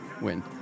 win